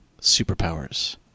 superpowers